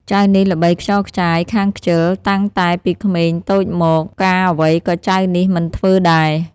ចៅនេះល្បីខ្ចរខ្ចាយខាងខ្ជិល តាំងតែពីក្មេងតូចមក ការអ្វីក៏ចៅនេះមិនធ្វើដែរ